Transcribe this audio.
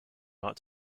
not